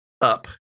up